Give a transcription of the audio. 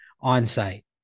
on-site